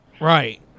Right